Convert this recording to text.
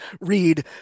read